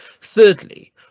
Thirdly